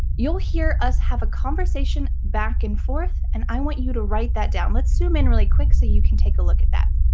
you'll hear us have a conversation back and forth, and i want you to write that down. let's zoom in really quick so you can take a look at that.